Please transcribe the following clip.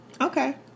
Okay